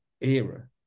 era